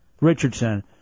Richardson